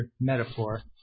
metaphor